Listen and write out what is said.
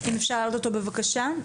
בבקשה,